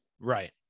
Right